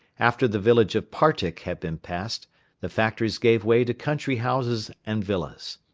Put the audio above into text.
after the village of partick had been passed the factories gave way to country houses and villas.